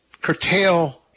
curtail